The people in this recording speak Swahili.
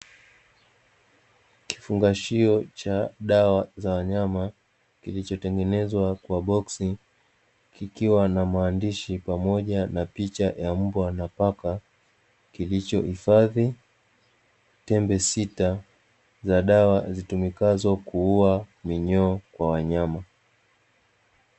Kifungashio cha dawa za wanyama, kilichotengenezwa kwa boksi kikiwa na maandishi pamoja na picha ya mbwa na paka, kilichohifadhi tembe sita za dawa zitumikazo kuua minyoo kwa wanyama.